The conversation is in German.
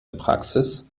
praxis